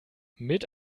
mit